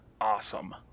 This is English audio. awesome